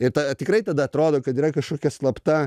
ir tada tikrai tada atrodo kad yra kažkokia slapta